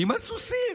עם הסוסים?